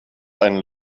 einen